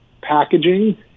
packaging